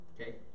Okay